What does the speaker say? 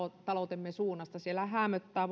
taloutemme suunnasta siellä häämöttää